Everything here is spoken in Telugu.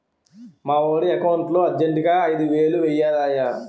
మావోడి ఎకౌంటులో అర్జెంటుగా ఐదువేలు వేయిరయ్య